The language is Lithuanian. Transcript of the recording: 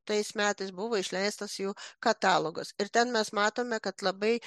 tais metais buvo išleistas jų katalogas ir ten mes matome kad labai